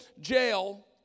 jail